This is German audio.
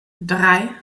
drei